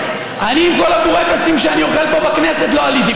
אדוני היושב-ראש, אתה יודע למה הוא מחייך?